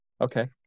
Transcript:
Okay